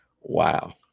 Wow